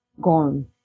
gone